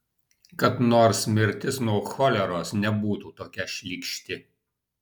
kad nors mirtis nuo choleros nebūtų tokia šlykšti